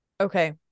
okay